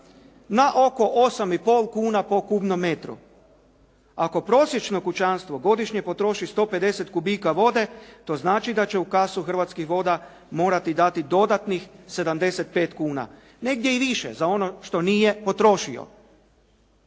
Na oko 8,5 kuna po kubnom metru. Ako prosječno kućanstvo godišnje potroši 150 kubika vode, to znači da će u kasu Hrvatskih voda morati dati dodatnih 75 kuna, negdje i više za ono što nije potrošio.